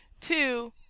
Two